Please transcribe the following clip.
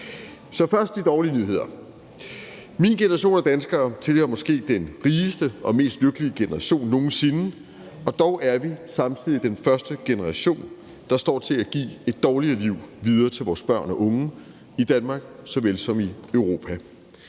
to. Først de dårlige nyheder: Min generation af danskere tilhører måske den rigeste og mest lykkelige generation nogen sinde, og dog er vi samtidig den første generation, der står til at give et dårligere liv videre til vores børn og unge i Danmark såvel som i Europa.